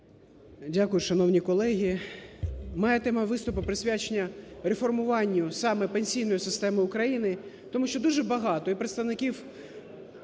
Дякую, шановні колеги. Моя тема виступу присвячена реформуванню саме пенсійної системи України, тому що дуже багато і представників